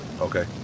Okay